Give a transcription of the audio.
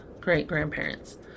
great-grandparents